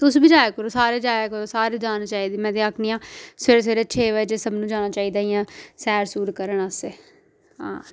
तुस बी जाया करो सारे जाया करो सारे जाना चाहिदा मै ते आखनी आं सवेरे सवेरे छे बजे सबनुं जाना चाहिदा इ'यां सैर सुर करन असें हां